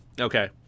Okay